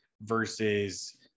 versus